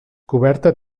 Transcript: coberta